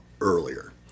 earlier